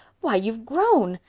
why, you've grown!